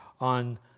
on